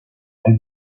and